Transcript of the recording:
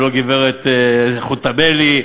ולא גברת חוטובלי,